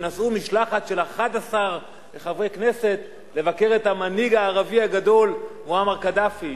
נסעו במשלחת של 11 חברי כנסת לבקר את המנהיג הערבי הגדול מועמר קדאפי.